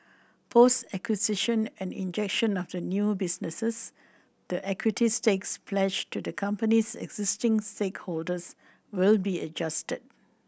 post acquisition and injection of the new businesses the equity stakes pledged to the company's existing stakeholders will be adjusted